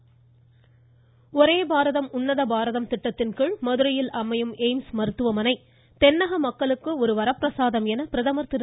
பிரதமர் தோப்பூர் ஒரே பாரதம் உன்னத பாரதம் திட்டத்தின்கீழ் மதுரையில் அமையும் எய்ம்ஸ் மருத்துவமனை தென்னக மக்களுக்கு ஒரு வரப்பிரசாதம் என பிரதமர் திரு